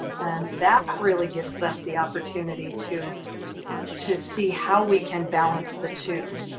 and that really gives us the opportunity to to see how we can balance the two.